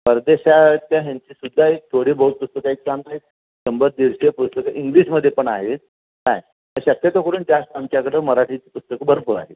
परदेशाच्या ह्यांची सुद्धा एक थोडीबहुत पुस्तकं एक त्यामुळे एक शंभर दीडशे पुस्तकं इंग्लिशमध्ये पण आहेत काय शक्यतो करून जास्त आमच्याकडं मराठीची पुस्तकं भरपूर आहेत